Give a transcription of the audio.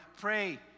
pray